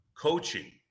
coaching